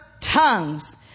tongues